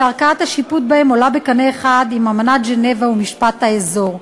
שערכאת השיפוט בהם עולה בקנה אחד עם אמנת ז'נבה ומשפט האזור.